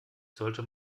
sollte